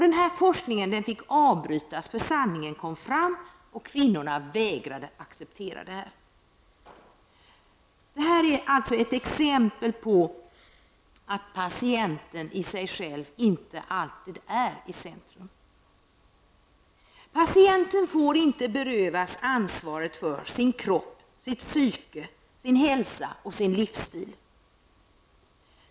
Denna forskning fick lov att avbrytas, eftersom sanningen kom fram. Kvinnorna vägrade att acceptera detta. Detta är ett exempel på att patienten i sig själv inte alltid är i centrum. Patienten får inte berövas ansvaret för sin kropp, sitt psyke, sin hälsa och sin livsstil.